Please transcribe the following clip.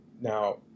now